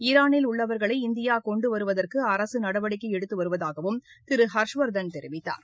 ஈரானில் உள்ளவர்களை இந்தியா கொண்டு வருவதற்கு அரசு நடவடிக்கை எடுத்து வருவதாகவும் திரு ஹர்ஷவர்தன் தெரிவித்தார்